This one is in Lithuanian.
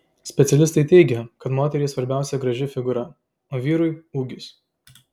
specialistai teigia kad moteriai svarbiausia graži figūra o vyrui ūgis